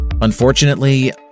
Unfortunately